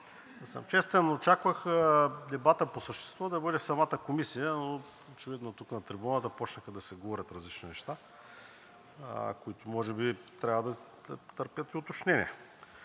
съм честен, очаквах дебатът по същество да бъде в самата комисия, но очевидно тук, на трибуната, започнаха да се говорят различни неща, които може би трябва да търпят уточнения.